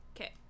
okay